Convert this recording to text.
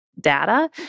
data